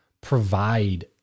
provide